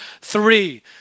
three